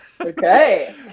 okay